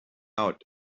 out